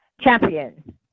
champion